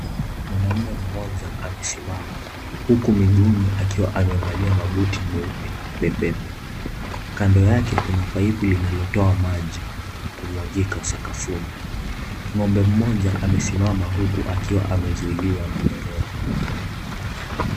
Mwanaume mmjoa amesimama uku miguuni akiwa amevalia mabuti meupe pepepe kando yake kuna paipu linalotoa maji kumwagika sakafuni. Ng'ombe mmoja amesimama uku akiwa amezuiliwa na nyororo.